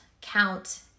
count